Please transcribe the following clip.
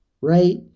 right